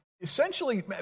essentially